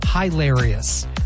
hilarious